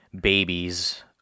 babies